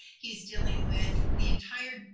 he's dealing with the entire,